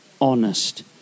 honest